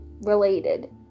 related